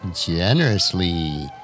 generously